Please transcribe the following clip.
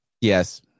Yes